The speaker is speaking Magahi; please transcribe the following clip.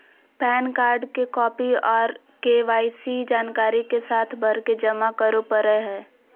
पैन कार्ड के कॉपी आर के.वाई.सी जानकारी के साथ भरके जमा करो परय हय